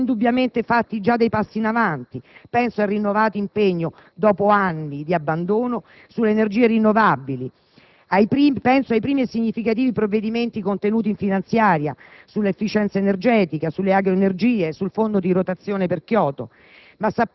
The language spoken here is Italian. Si sono indubbiamente fatti già dei passi in avanti: penso al rinnovato impegno, dopo anni di abbandono, sulle energie rinnovabili; penso ai primi e significativi provvedimenti, contenuti in finanziaria, sull'efficienza energetica, sulle agroenergie, sul Fondo di rotazione per Kyoto.